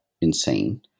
insane